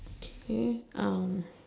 okay